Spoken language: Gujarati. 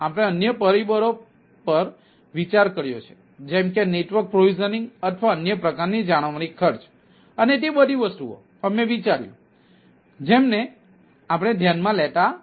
આપણે અન્ય પરિબળો પર વિચાર કર્યો છે જેમ કે નેટવર્ક પ્રોવિઝનિંગ અથવા અન્ય પ્રકારની જાળવણી ખર્ચ અને તે બધી વસ્તુઓ અમે વિચાર્યું જેમને આપણે ધ્યાનમાં લેતા નથી